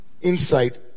insight